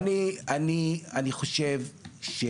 חושב.